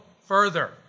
further